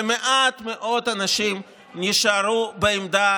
ומעט מאוד אנשים נשארו בעמדה